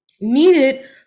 needed